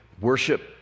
worship